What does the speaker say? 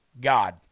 God